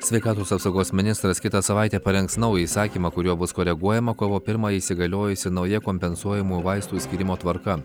sveikatos apsaugos ministras kitą savaitę parengs naują įsakymą kuriuo bus koreguojama kovo pirmą įsigaliojusi nauja kompensuojamų vaistų skyrimo tvarka